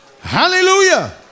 Hallelujah